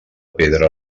pedra